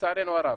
לצערנו הרב.